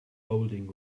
holding